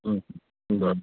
हूं बरो